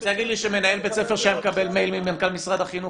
אתה רוצה להגיד לי שמנהל בית ספר שהיה מקבל מייל ממנכ"ל משרד החינוך,